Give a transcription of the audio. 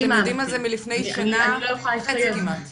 אתם יודעים על זה מלפני שנה וחצי כמעט.